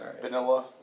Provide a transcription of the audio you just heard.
Vanilla